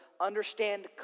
understand